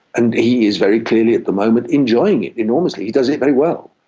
and he is very clearly at the moment enjoying it enormously. he does it very well.